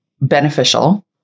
beneficial